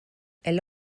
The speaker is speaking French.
elle